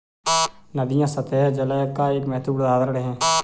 नदियां सत्तह जल का एक महत्वपूर्ण उदाहरण है